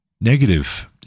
negative